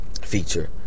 feature